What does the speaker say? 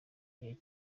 gihe